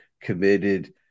committed